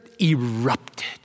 erupted